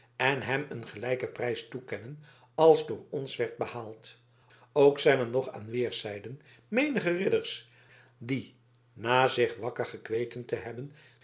en hem een gelijken prijs toekennen als door ons werd behaald ook zijn er nog aan weerszijden menige ridders die na zich wakker gekweten te hebben